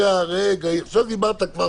אנחנו מנסחים כרגע